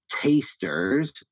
tasters